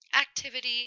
activity